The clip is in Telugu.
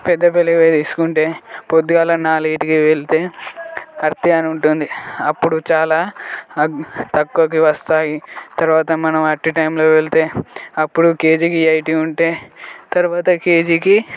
పెద్ద పెళ్ళికి పోయి తీసుకుంటే పొద్దుగాల నాలుగింటికి వెళ్తే కర్త్యా అని ఉంటుంది అప్పుడు చాలా తక్కు తక్కువకి వస్తాయి తరవాత మనం అట్టి టైంలో వెళ్తే అప్పుడు కేజీకి ఎయిటీ ఉంటాయి తరువాత కేజీకి